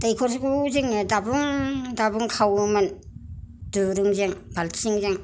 दैखरखौ जोङो दाब्लुं दाब्लुं खावोमोन दुरुजों बालथिंजों